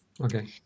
Okay